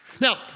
Now